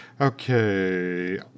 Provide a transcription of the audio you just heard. Okay